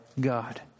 God